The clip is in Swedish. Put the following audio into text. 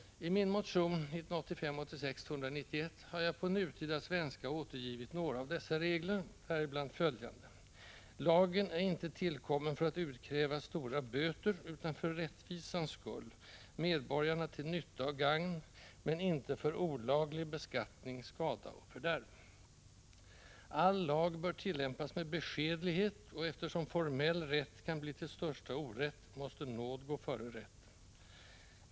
I min motion 1985/86:291 har jag på nutida svenska återgivit några av dessa regler, däribland följande: Lagen är inte tillkommen för att utkräva stora böter, utan för rättvisans skull, medborgarna till nytta och gagn men inte för olaglig beskattning, skada och fördärv. All lag bör tillämpas med beskedlighet, och eftersom formell rätt kan bli till största orätt måste nåd gå före rätt.